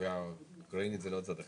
זה לא "תפעל ליידע".